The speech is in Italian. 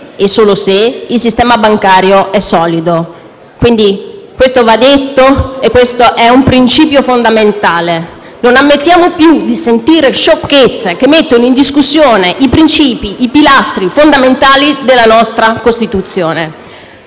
e solo se - il sistema bancario è solido. Questo va detto perché è un principio fondamentale. Non ammettiamo più di sentire sciocchezze che mettono in discussione i pilastri fondamentali della nostra Costituzione.